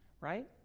right